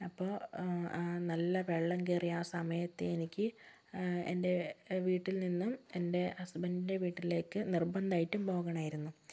അപ്പോൾ ആ നല്ല വെള്ളം കയറിയ ആ സമയത്തെനിക്ക് എൻ്റെ വീട്ടിൽ നിന്നും എൻ്റെ ഹസ്ബന്റിൻ്റെ വീട്ടിലേക്ക് നിർബന്ധമായിട്ടും പോകണമായിരുന്നു